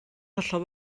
hollol